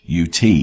UT